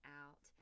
out